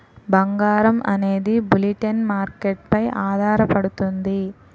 బంగారం అనేది bullion market పై ఆధారపడుతుంది